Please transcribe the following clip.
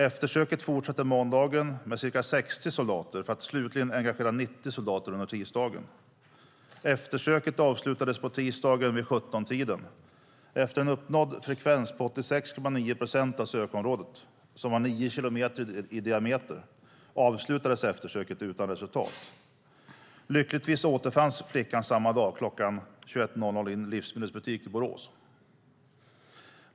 Eftersöket fortsatte på måndagen med ca 60 soldater för att slutligen engagera 90 soldater under tisdagen. Eftersöket avslutades på tisdagen vid 17-tiden. Efter en uppnådd frekvens på 86,9 procent av sökområdet, som var 9 kilometer i diameter, avslutades eftersöket utan resultat. Lyckligtvis återfanns flickan samma dag kl. 21 i en livsmedelsbutik i Borås.